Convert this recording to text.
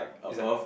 is like